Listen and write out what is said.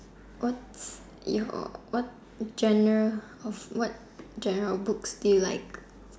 what's your what genres of what genres of books do you like